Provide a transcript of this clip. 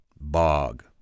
bog